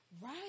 Right